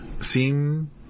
seem